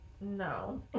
No